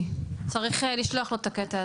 ולשאול אותי אם אני יודעת איפה הכתובת